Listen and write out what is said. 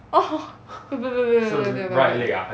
不要不要不要不要不要不要不要不要